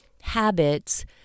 habits